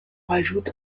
rajoute